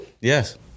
Yes